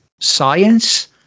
science